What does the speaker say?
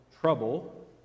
trouble